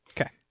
Okay